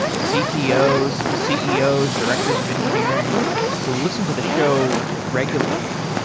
ceos, ceos, directors of engineering who listen to the show regularly.